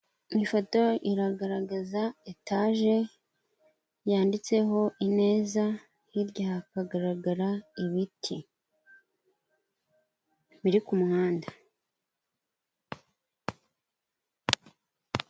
Ifoto iragaragaza etaje yanditseho Ineza, hirya hakagaragara ibiti, biri ku muhanda.